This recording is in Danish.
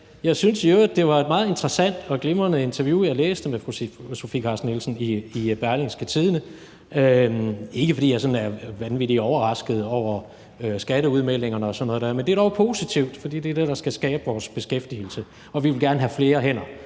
i øvrigt, det var et meget interessant og glimrende interview med fru Sofie Carsten Nielsen, jeg læste i Berlingske, og det er ikke, fordi jeg sådan er vanvittig overrasket over skatteudmeldingerne og sådan noget. Men det er dog positivt, fordi det er det, der skal skabe vores beskæftigelse, og vi vil gerne have flere hænder